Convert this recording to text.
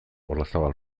olazabal